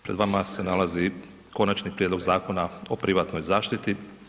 Pred vama se nalazi Konačni prijedlog Zakona o privatnoj zaštiti.